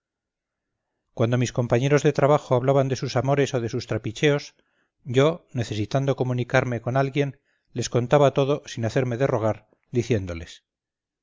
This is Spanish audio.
cuando mis compañeros de trabajo hablaban de sus amores o de sus trapicheos yo necesitando comunicarme con alguien les contaba todo sin hacerme de rogar diciéndoles